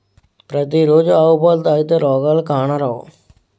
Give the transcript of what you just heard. పతి రోజు ఆవు పాలు తాగితే రోగాలు కానరావు